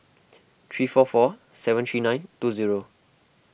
three four four seven three nine two zero